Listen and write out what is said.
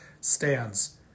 stands